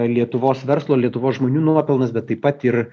lietuvos verslo ir lietuvos žmonių nuopelnas bet taip pat ir